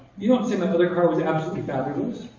you don't say the other car was absolutely fabulous.